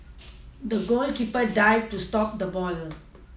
the goalkeeper dived to stop the ball